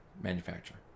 manufacturer